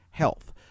Health